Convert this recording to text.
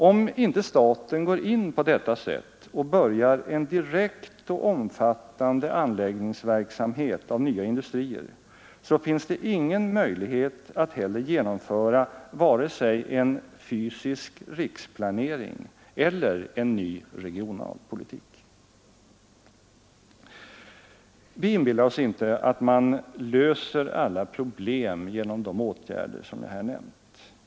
Om inte staten går in på detta sätt och börjar en direkt och omfattande anläggningsverksamhet när det gäller nya industrier, finns det ingen möjlighet att heller genomföra vare sig en fysisk riksplanering eller en ny regionalpolitik. Vi inbillar oss inte att man löser alla problem genom de åtgärder jag här nämnt.